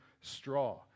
straw